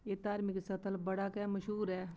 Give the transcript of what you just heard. एह् धार्मिक स्थल बड़ा गै मश्हूर ऐ